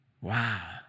Wow